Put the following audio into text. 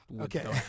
Okay